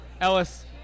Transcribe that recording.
Ellis